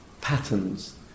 patterns